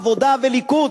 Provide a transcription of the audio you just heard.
עבודה וליכוד.